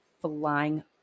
flying